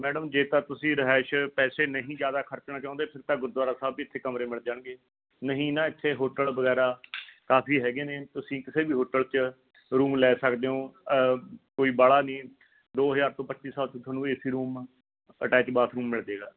madam ਜੇ ਤਾਂ ਤੁਸੀਂ ਰਿਹਾਇਸ਼ ਪੈਸੇ ਨਹੀਂ ਜ਼ਿਆਦਾ ਖਰਚਣਾ ਚਾਹੁੰਦੇ ਫਿਰ ਤਾਂ ਗੁਰਦੁਆਰਾ ਸਾਹਿਬ ਵੀ ਇੱਥੇ ਕਮਰੇ ਮਿਲ ਜਾਣਗੇ ਨਹੀਂ ਨਾ ਇੱਥੇ ਹੋਟਲ ਵਗੈਰਾ ਕਾਫੀ ਹੈਗੇ ਨੇ ਤੁਸੀਂ ਕਿਸੇ ਵੀ ਹੋਟਲ 'ਚ ਰੂਮ ਲੈ ਸਕਦੇ ਓਂ ਕੋਈ ਬਾਹਲਾ ਨਹੀਂ ਦੋ ਹਜ਼ਾਰ ਤੋਂ ਪੱਚੀ ਸੌ ਤੱਕ ਤੁਹਾਨੂੰ A C room attach bathroom ਮਿਲਜੇਗਾ